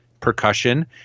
percussion